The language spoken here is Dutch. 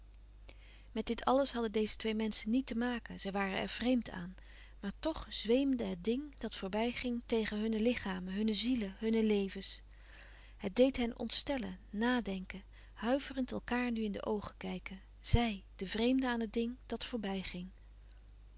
met dit alles hadden deze twee menschen niet te maken zij waren er vreemd aan maar toch zweemde het ding dat voorbij ging tegen hunne lichamen hunne zielen hunne levens het deed hen ontstellen nadenken huiverend elkaâr nu in de oogen kijken zij de vreemden aan het ding dat voorbij ging